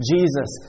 Jesus